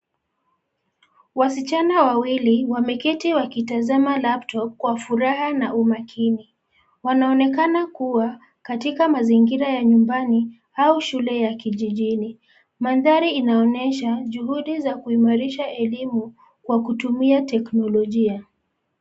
Wasichana wawili, wameketi wakitazama laptop kwa furaha na umakini. Wanaonekana kuwa katika mazingira ya nyumbani au shule ya kijijini. Mandhari inaonyesha juhudi za kuimarisha elimu kwa kutumia teknolojia.